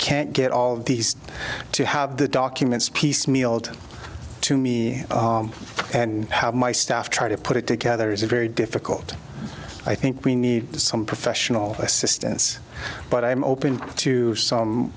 can't get all of these to have the documents piecemealed to me and have my staff try to put it together is very difficult i think we need some professional assistance but i'm open to some